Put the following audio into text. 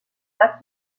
pas